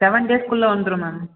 seven டேஸ்க்குள்ளே வந்துரும் ma'am